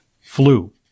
flu